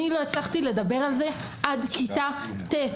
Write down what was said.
אני לא הצלחתי לדבר על זה מכיתה ו' עד כיתה ט',